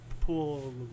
pull